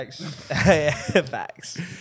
Facts